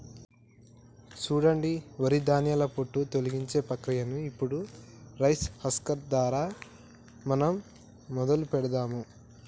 సూడండి వరి ధాన్యాల పొట్టు తొలగించే ప్రక్రియను ఇప్పుడు రైస్ హస్కర్ దారా మనం మొదలు పెడదాము